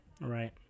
Right